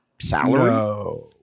Salary